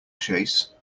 chase